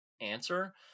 answer